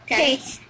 Okay